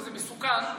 וזה מסוכן,